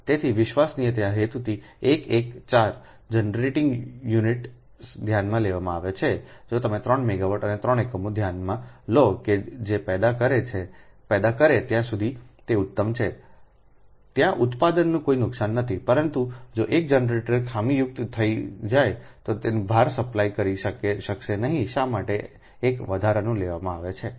તેથી વિશ્વસનીયતાના હેતુથી 1 1 4 જનરેટિંગ યુનિટ્સ ધ્યાનમાં લેવામાં આવે છે જો તમે 3 મેગાવાટ અને 3 એકમો ધ્યાનમાં લો કે જે પેદા કરે ત્યાં સુધી તે ઉત્તમ છે ત્યાં ઉત્પાદનનું કોઈ નુકસાન નથી પરંતુ જો 1 જનરેટર ખામીયુક્ત થઈ જાય તો તે ભારને સપ્લાય કરી શકશે નહીં શા માટે એક વધારાનું લેવામાં આવે છે